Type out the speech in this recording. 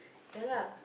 ya lah